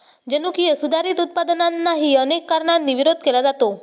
जनुकीय सुधारित उत्पादनांनाही अनेक कारणांनी विरोध केला जातो